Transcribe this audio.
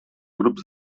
grups